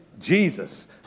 Jesus